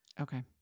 Okay